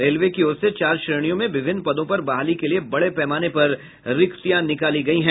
railway की ओर से चार श्रेणियों में विभिन्न पदों पर बहाली के लिए बड़े पैमाने पर रिक्तियां निकाली गयी हैं